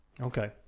Okay